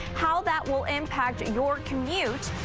how that will impact your commute,